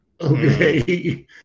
okay